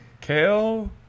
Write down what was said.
Kale